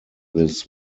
this